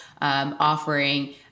offering